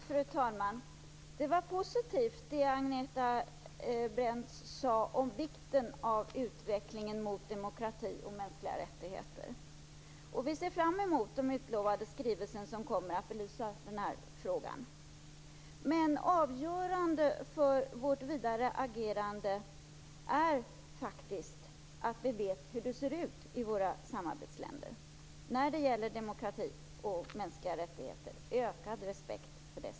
Fru talman! Det som Agneta Brendt sade om vikten av utveckling mot demokrati och respekt för mänskliga rättigheter var positivt. Vi ser fram emot de utlovade skrivelserna, som kommer att belysa denna fråga. Men avgörande för vårt vidare agerande är faktiskt att vi vet hur det ser ut i våra samarbetsländer när det gäller demokrati och ökad respekt för mänskliga rättigheter.